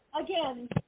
again